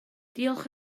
diolch